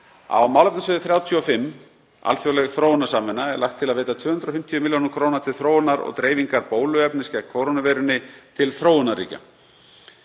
Á málefnasviði 35, Alþjóðleg þróunarsamvinna, er lagt til að veita 250 millj. kr. til þróunar og dreifingar bóluefnis gegn kórónuveirunni til þróunarríkja.